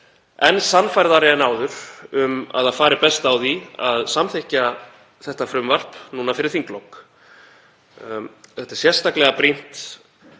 enn sannfærðari en áður um að það fari best á því að samþykkja þetta frumvarp fyrir þinglok. Þetta er sérstaklega brýnt